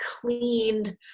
cleaned